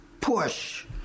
Push